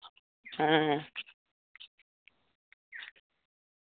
ᱦᱮᱸ